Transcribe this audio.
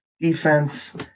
Defense